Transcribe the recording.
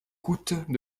coûtent